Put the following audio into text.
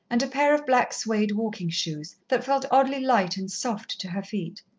and a pair of black suede walking-shoes, that felt oddly light and soft to her feet.